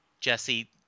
Jesse